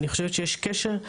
אני חושבת שיש קשר.